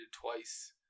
twice